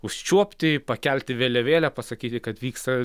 užčiuopti pakelti vėliavėlę pasakyti kad vyksta